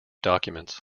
documents